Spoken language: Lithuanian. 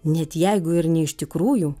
net jeigu ir ne iš tikrųjų